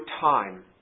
time